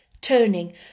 turning